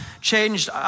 changed